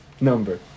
Number